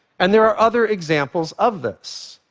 and there are other examples of this.